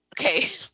okay